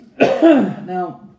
Now